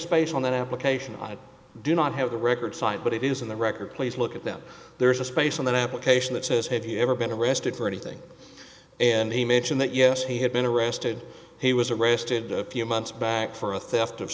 space on that application i do not have the record cite but it is in the record please look at them there is a space on the application that says have you ever been arrested for anything and he mentioned that yes he had been arrested he was arrested a few months back for a theft of